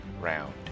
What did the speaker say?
round